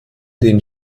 den